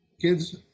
kids